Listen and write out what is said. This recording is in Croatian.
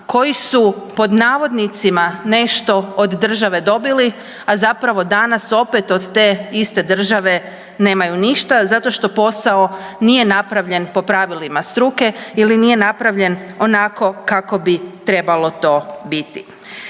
koji su pod navodnicima nešto od države dobili, a zapravo danas opet od te iste države nemaju ništa zato što posao nije napravljen po pravilima struke ili nije napravljen onako kako bi trebalo to biti.